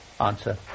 answer